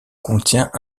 contient